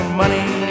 money